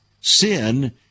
Sin